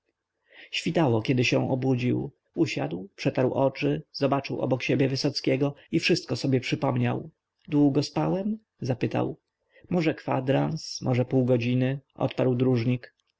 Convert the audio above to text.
zasnął świtało kiedy się obudził usiadł przetarł oczy zobaczył obok siebie wysockiego i wszystko sobie przypomniał długo spałem zapytał może kwadrans może pół godziny odparł dróżnik